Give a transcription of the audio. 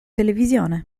televisione